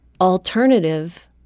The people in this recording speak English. alternative